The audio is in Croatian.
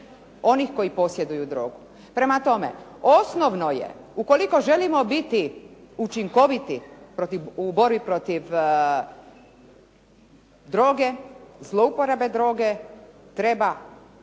onih koji posjeduju drogu. Prema tome, osnovno je ukoliko želimo biti učinkoviti u borbi protiv droge, zlouporabe droge, treba